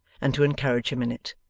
and, to encourage him in it,